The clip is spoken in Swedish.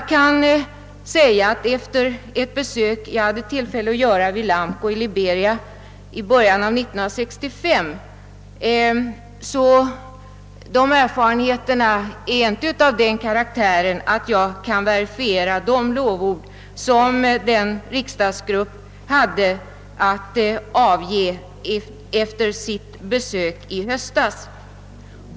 De erfarenheter jag fick efter ett besök som jag hade tillfälle att göra vid Lamco i Liberia i början av 1965 är inte av den karaktären, att jag kan verifiera de lovord som en riksdagsgrupp gav i höstas efter ett besök där.